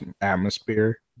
atmosphere